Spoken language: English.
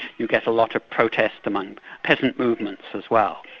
you get a lot of protests among peasant movements as well.